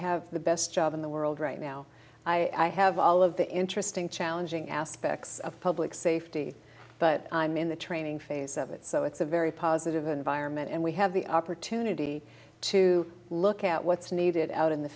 have the best job in the world right now i have all of the interesting challenging aspects of public safety but i'm in the training phase of it so it's a very positive environment and we have the opportunity to look at what's needed out in the